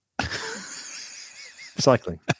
Cycling